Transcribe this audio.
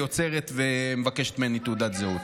היא עוצרת ומבקשת ממני תעודת זהות.